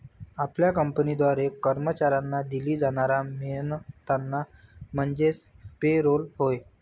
आपल्या कंपनीद्वारे कर्मचाऱ्यांना दिला जाणारा मेहनताना म्हणजे पे रोल होय